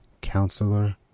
counselor